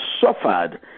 suffered